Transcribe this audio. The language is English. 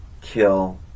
kill